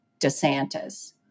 DeSantis